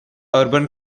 urban